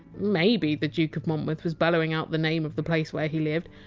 maybe the duke of monmouth was bellowing out the name of the place where he lived,